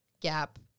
gap